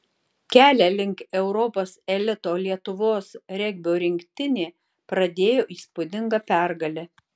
kelią link europos elito lietuvos regbio rinktinė pradėjo įspūdinga pergale